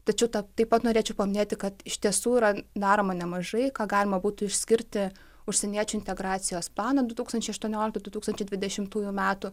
tačiau tą taip pat norėčiau paminėti kad iš tiesų yra daroma nemažai ką galima būtų išskirti užsieniečių integracijos planą du tūkstančiai aštuonioliktų du tūkstančiai dvidešimtųjų metų